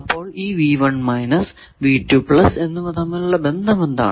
അപ്പോൾ ഈ എന്നിവ തമ്മിലുള്ള ബന്ധം എന്താണ്